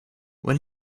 when